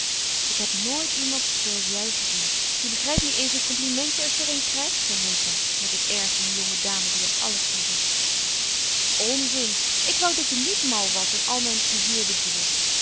ik heb nooit iemand zooals jij gezien je begrijpt niet eens een complimentje als j er een krijgt zei meta met het air van een jonge dame die er alles van wist onzin ik wou dat je niet mal was en al mijn plezier bedierf